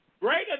greater